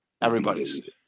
Everybody's